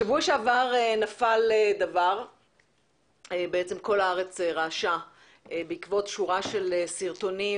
בשבוע שעבר נפל דבר כשכל הארץ רעשה בעקבות שורה של סרטונים